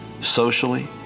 socially